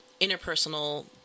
interpersonal